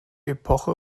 epoche